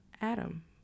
Adam